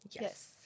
Yes